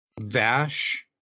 vash